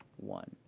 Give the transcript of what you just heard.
one.